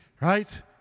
Right